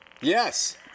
Yes